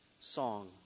song